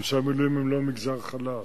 אנשי המילואים זה לא מגזר חלש.